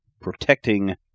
protecting